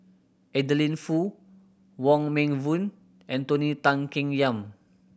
Adeline Foo Wong Meng Voon and Tony Tan Keng Yam